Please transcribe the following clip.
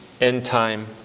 end-time